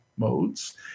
modes